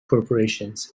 corporations